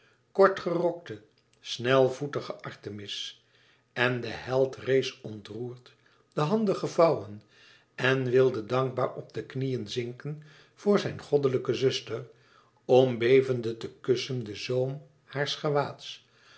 kort gerokte snelvoetige artemis en de held rees ontroerd de handen gevouwen en wilde dankbaar op de knieën zinken voor zijne goddelijke zuster om bevende te kussen den zoom haars